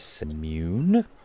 immune